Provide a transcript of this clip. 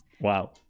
wow